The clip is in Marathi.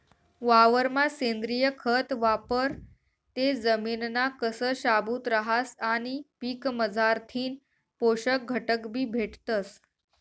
वावरमा सेंद्रिय खत वापरं ते जमिनना कस शाबूत रहास आणि पीकमझारथीन पोषक घटकबी भेटतस